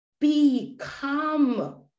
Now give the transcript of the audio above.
Become